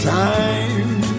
time